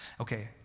Okay